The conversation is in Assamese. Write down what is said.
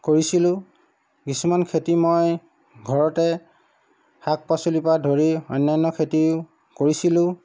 কৰিছিলোঁ কিছুমান খেতি মই ঘৰতে শাক পাচলিৰ পৰা ধৰি অন্যান্য খেতিও কৰিছিলোঁ